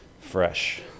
fresh